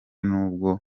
n’ubwo